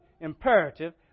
imperative